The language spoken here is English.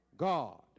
God